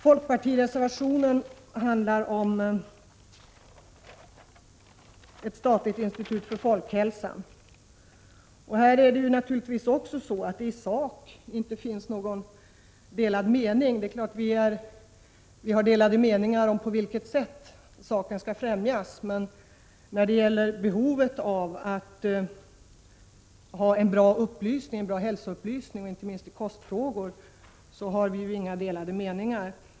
Folkpartireservationen gäller frågan om ett statligt institut för folkhälsan. Inte heller här finns det i sak några delade meningar, åtminstone inte annat än om på vilket sätt saken skall främjas. Vad gäller behovet av en bra hälsoupplysning, inte minst i kostfrågor, har vi inga som helst delade meningar.